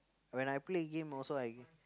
when I play game also I